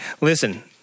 Listen